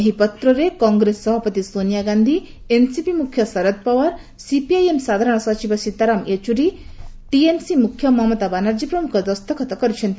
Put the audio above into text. ଏହି ପତ୍ରରେ କଂଗ୍ରେସ ସଭାପତି ସୋନିଆ ଗାନ୍ଧୀ ଏନସିପି ମୁଖ୍ୟ ଶରଦ ପାୱାର ସିପିଆଇଏମ ସାଧାରଣ ସଚିବ ସୀତାରାମ ୟେଚୁଡି ଟିଏମ୍ସି ମୁଖ୍ୟ ମମତା ବାନାର୍ଜୀ ପ୍ରମୁଖ ଦସ୍ତଖତ କରିଛନ୍ତି